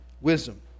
wisdom